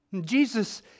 Jesus